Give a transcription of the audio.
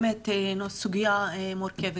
זו באמת סוגיה מורכבת.